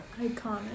iconic